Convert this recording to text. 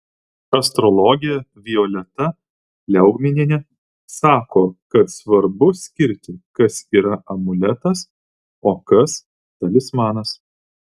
astrologė violeta liaugminienė sako kad svarbu skirti kas yra amuletas o kas talismanas